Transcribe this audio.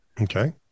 Okay